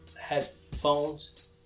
headphones